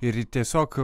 ir į tiesiog